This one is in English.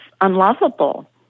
unlovable